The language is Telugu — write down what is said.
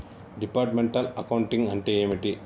డిపార్ట్మెంటల్ అకౌంటింగ్ అంటే ఏమిటి?